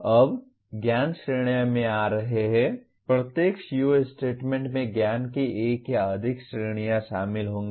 अब ज्ञान श्रेणियों में आ रहे हैं प्रत्येक CO स्टेटमेंट में ज्ञान की एक या अधिक श्रेणियां शामिल होंगी